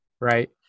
right